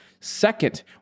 Second